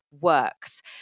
works